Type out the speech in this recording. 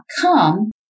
come